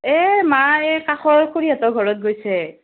এই মা এই কাষৰ খুড়ীহঁতৰ ঘৰত গৈছে